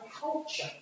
culture